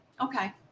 Okay